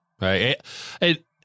Right